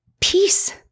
Peace